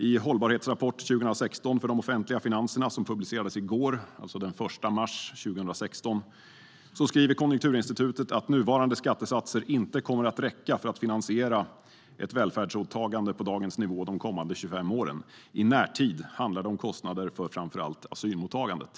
I Hållbarhetsrapport 2016 för de offentliga finanserna, som publicerades i går, den 1 mars 2016, skriver Konjunkturinstitutet att nuvarande skattesatser inte kommer att räcka för att finansiera ett välfärdsåtagande på dagens nivå de kommande 25 åren. I närtid handlar det om kostnader för framför allt asylmottagandet.